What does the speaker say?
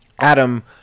adam